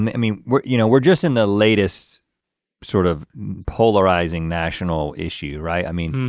um i mean we're you know we're just in the latest sort of polarizing national issue, right? i mean